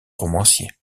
romancier